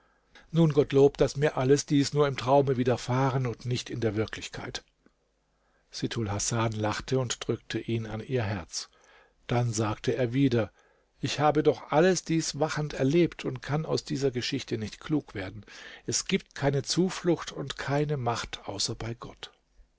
nun gottlob daß mir alles dies nur im traume widerfahren und nicht in der wirklichkeit sittulhasan lachte und drückte ihn an ihr herz dann sagte er wieder ich habe doch alles dies wachend erlebt und kann aus dieser geschichte nicht klug werden es gibt keine zuflucht und keine macht außer bei gott